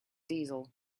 diesel